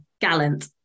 Gallant